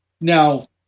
now